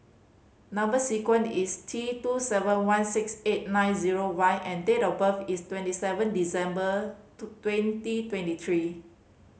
number sequence is T two seven one six eight nine zero Y and date of birth is twenty seven December twenty twenty three